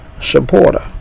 supporter